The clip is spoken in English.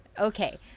Okay